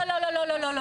לא, לא.